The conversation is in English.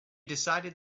decided